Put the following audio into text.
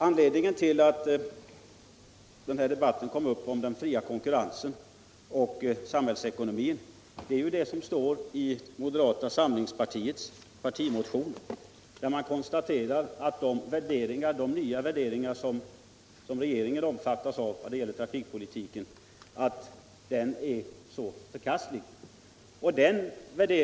Anledningen till att debatten om den fria konkurrensen och samhällsckonomin kom upp är det som står i moderata samlingspartiets partimotion. där man konstaterar att de nya värderingar som regeringen omfattar när det gäller trafikpolitiken är förkastliga.